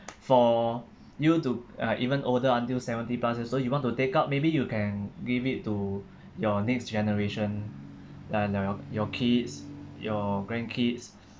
for you to uh even older until seventy plus also you want to take out maybe you can give it to your next generation uh like your your kids your grandkids